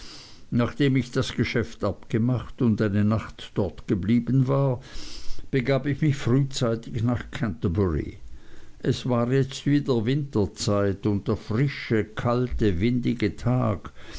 nachdem ich das geschäft abgemacht und eine nacht dort geblieben war begab ich mich frühzeitig nach canterbury es war jetzt wieder winterzeit und der frische kalte windige tag